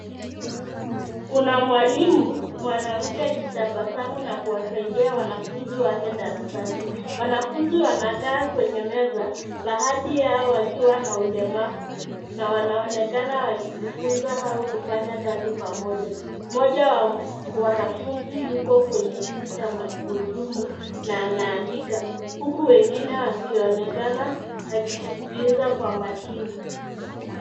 Kuna mwalimu mwanamke akitabasamu na kuwasaidia wanafunzi wake darasani. Wanafunzi wanakaa kwenye meza baadhi yao wakiwa na ulemavu na wanaonekana wakijifunza au kufanya kazi pamoja. Moja wa wanafunzi yuko kwenye kiti cha magurudumu na anaandika huku wengine wakionekana akisikiliza kwa makini.